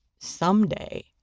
someday